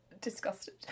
disgusted